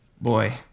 Boy